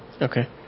Okay